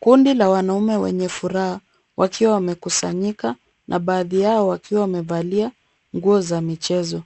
Kundi la wanaume wenye furaha wakiwa wamekusanyika na baadhi yao wakiwa wamevalia nguo za michezo.